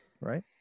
Right